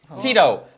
Tito